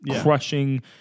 crushing